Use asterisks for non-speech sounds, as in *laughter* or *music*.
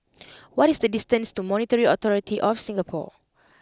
*noise* what is the distance to Monetary Authority of Singapore